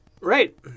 Right